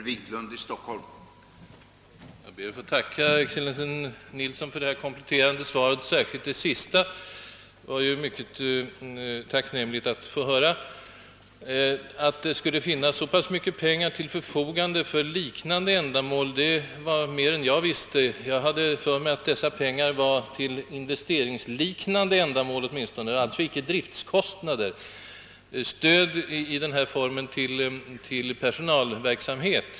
Herr talman! Jag ber att få tacka hans excellens utrikesministern för detta kompletterande svar. Särskilt det sista beskedet, att utrikesministern vill ha en snabb handläggning av denna fråga, är tacknämligt. Att det skulle finnas så mycket pengar till förfogande för ändamål liknande dem jag nämnde, finner jag likaså mycket värdefullt. Detta var mer än jag visste. Jag hade för mig att dessa pengar mera var avsedda för ändamål av investeringskaraktär och alltså icke för att bestrida driftkostnader i form av stöd till ifrågavarande personalverksamhet.